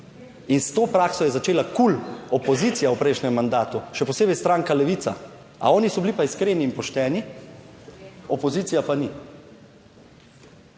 In s to prakso je začela KUL opozicija v prejšnjem mandatu, še posebej stranka Levica. A oni so bili pa iskreni in pošteni, opozicija pa ni?